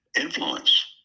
influence